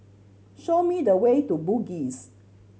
show me the way to Bugis